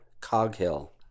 Coghill